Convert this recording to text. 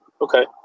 Okay